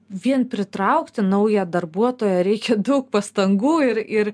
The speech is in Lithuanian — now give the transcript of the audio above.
vien pritraukti naują darbuotoją reikia daug pastangų ir ir